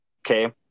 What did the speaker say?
okay